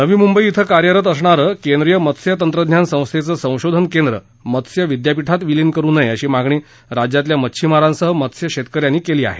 नवी मुंबई ॐ कार्यरत असणार केंद्रीय मत्स्य तंत्रज्ञान संस्थेचं संशोधन केंद्र मत्स्य विद्यापीठात विलीन करु नये अशी मागणी राज्यातल्या मच्छिमारांसह मत्स्यशेतक यांनी केली आहे